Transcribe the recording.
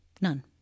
none